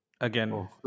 again